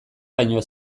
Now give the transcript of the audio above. baino